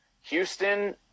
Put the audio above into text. Houston